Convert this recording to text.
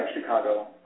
Chicago